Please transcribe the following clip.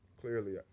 clearly